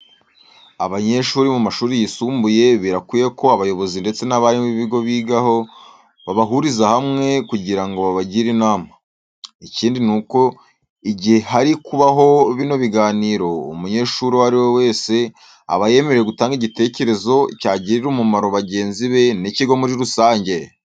Abanyeshuri bo mu mashuri yisumbuye birakwiye ko abayobozi ndetse n'abarimu b'ibigo bigaho, babahuriza hamwe kugira ngo babagire inama. Ikindi nuko igihe hari kubaho bino biganiro, umunyeshuri uwo ari we wese aba yemerewe gutanga igitekerezo cyagirira umumaro bagenzi be n'ikigo muri rusange.